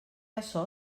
açò